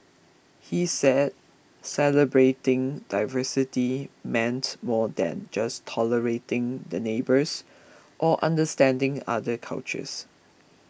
he said celebrating diversity meant more than just tolerating the neighbours or understanding other cultures